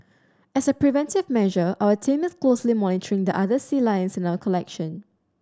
as a preventive measure our team is closely monitoring the other sea lions in our collection